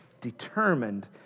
determined